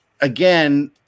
again